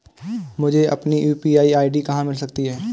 मुझे अपनी UPI ID कहां मिल सकती है?